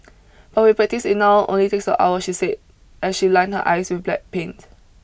but with practice it now only takes one hour she said as she lined her eyes with black paint